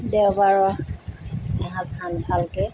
দেওবাৰৰ এসাঁজ ভাল ভালকৈ